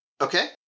Okay